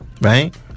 right